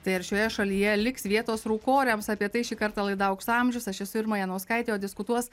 tai ar šioje šalyje liks vietos rūkoriams apie tai šį kartą laida aukso amžius aš esu irma janauskaitė o diskutuos